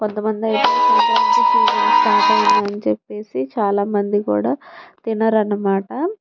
కొంతమంది అయితే Sankranti season start అయిందని చెప్పి చాలామంది కూడా తినరు అన్నమాట